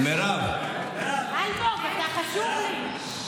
אלמוג, אתה חשוב לי.